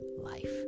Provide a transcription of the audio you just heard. life